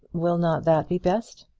will not that be best?